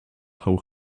how